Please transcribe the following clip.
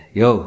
yo